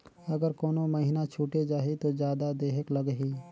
अगर कोनो महीना छुटे जाही तो जादा देहेक लगही?